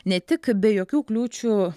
ne tik be jokių kliūčių